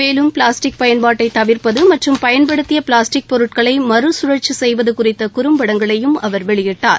மேலும் பிளாஸ்டிக் பயன்பாட்டை தவிர்ப்பது மற்றும் பயன்படுத்திய பிளாஸ்டிக் பொருட்களை மறுசுழற்சி செய்வது குறித்த குறும்பங்களையும் அவர் வெளியிட்டார்